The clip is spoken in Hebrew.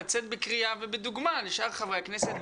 לצאת בקריאה ובדוגמא לשאר חברי הכנסת,